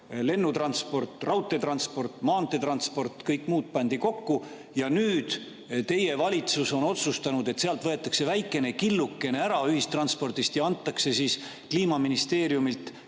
lennutransport, raudteetransport, maanteetransport ja nii edasi. Kõik pandi kokku. Nüüd on teie valitsus otsustanud, et sealt võetakse väikene killukene ära ühistranspordist ja antakse siis Kliimaministeeriumilt teile,